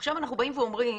אנחנו נמצאים